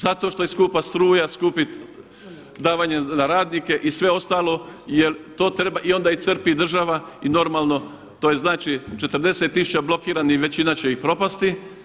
Zato što je skupa struja, skupi davanje na radnike i sve ostalo jel i onda ih crpi država i normalno to je znači 40 tisuća blokiranih, većina će ih propasti.